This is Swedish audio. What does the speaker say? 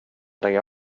lägga